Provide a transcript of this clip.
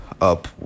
up